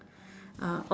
uh